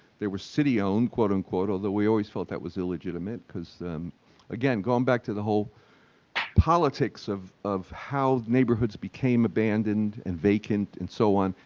they were city-owned quote-unquote, although we always felt that was illegitimate because again, going back to the whole politics of of how neighborhoods became abandoned and vacant and so on,